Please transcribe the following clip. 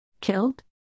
Killed